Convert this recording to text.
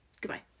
Goodbye